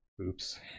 Oops